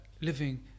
living